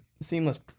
seamless